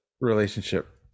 relationship